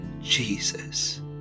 Jesus